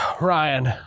Ryan